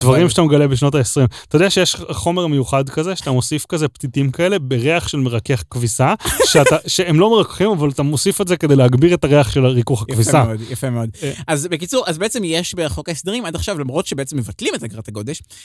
דברים שאתה מגלה בשנות ה-20. אתה יודע שיש חומר מיוחד כזה שאתה מוסיף כזה פתיתים כאלה בריח של מרכך כביסה שהם לא מרככים אבל אתה מוסיף את זה כדי להגביר את הריח של הריכוך כביסה. יפה מאוד אז בקיצור אז בעצם יש בחוק הסדרים עד עכשיו למרות שבעצם מבטלים את אגרת הגודש.